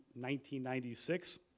1996